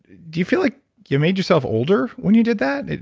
do you feel like you made yourself older when you did that?